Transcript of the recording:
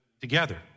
together